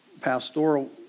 pastoral